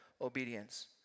obedience